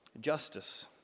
justice